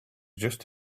just